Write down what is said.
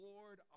Lord